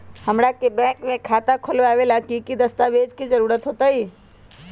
हमरा के बैंक में खाता खोलबाबे ला की की दस्तावेज के जरूरत होतई?